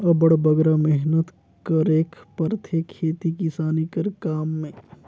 अब्बड़ बगरा मेहनत करेक परथे खेती किसानी कर काम में